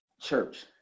church